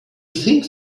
think